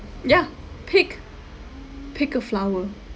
ya pick pick a flower